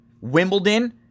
Wimbledon